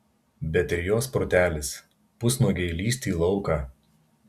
bet ir jos protelis pusnuogei lįsti į lauką